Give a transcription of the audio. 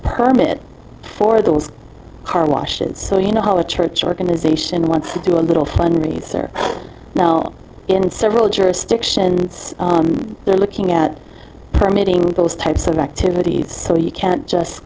permit for the car wash and so you know how the church organization wants to a little fun these are now in several jurisdictions they're looking at permitting those types of activities so you can't just